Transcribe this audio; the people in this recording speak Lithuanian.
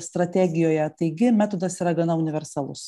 strategijoje taigi metodas yra gana universalus